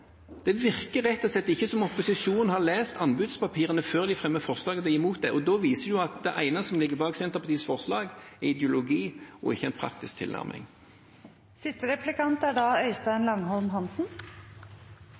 Det virker rett og slett ikke som om opposisjonen har lest anbudspapirene før de fremmer forslag imot dette, og det viser at det ene som ligger bak Senterpartiets forslag, er ideologi og ikke en